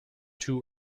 two